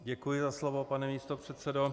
Děkuji za slovo, pane místopředsedo.